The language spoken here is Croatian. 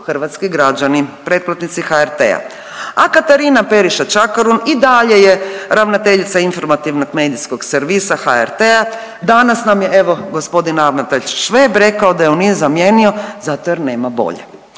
hrvatski građani, pretplatnici HRT-a, a Katarina Periša Čakarun i dalje je ravnateljica informativnog medijskog servisa HRT-a. Danas nam je evo gospodin ravnatelj Šveb rekao da ju on nije zamijenio zato jer nema bolje.